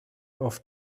off